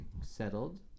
settled